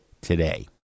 today